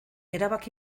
erabaki